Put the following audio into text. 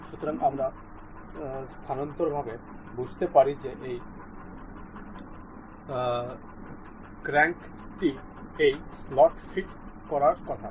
সুতরাং আমরা স্বজ্ঞাতভাবে বুঝতে পারি যে এই ক্র্যাঙ্কটি এই স্লটে ফিট করার কথা